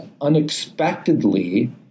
unexpectedly